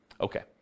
Okay